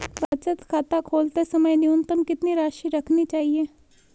बचत खाता खोलते समय न्यूनतम कितनी राशि रखनी चाहिए?